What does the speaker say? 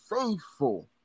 faithful